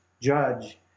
judge